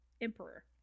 Emperor